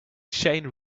chain